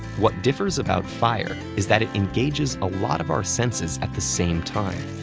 what differs about fire is that it engages a lot of our senses at the same time,